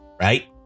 right